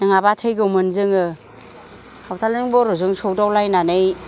नङाबा थैगौमोन जोङो सावथालजों बर'जों सौदावलायनानै